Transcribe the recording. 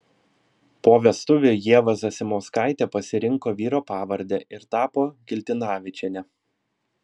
po vestuvių ieva zasimauskaitė pasirinko vyro pavardę ir tapo kiltinavičiene